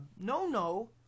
no-no